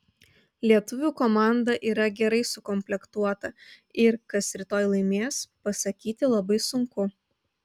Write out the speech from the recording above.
lietuvių komanda yra gerai sukomplektuota ir kas rytoj laimės pasakyti labai sunku